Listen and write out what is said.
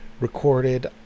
recorded